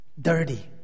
dirty